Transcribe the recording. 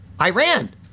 Iran